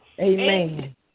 Amen